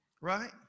right